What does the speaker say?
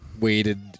waited